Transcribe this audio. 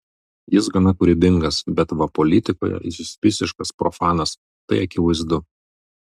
jis gana kūrybingas bet va politikoje jis visiškas profanas tai akivaizdu